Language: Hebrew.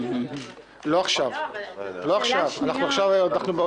שאנחנו צריכים